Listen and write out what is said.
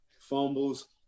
fumbles